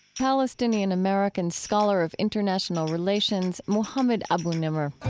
palestinian-american scholar of international relations mohammed abu-nimer